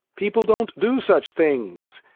people don't do such things!